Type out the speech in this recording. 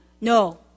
No